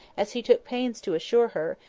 as he took pains to assure her,